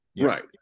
Right